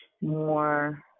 more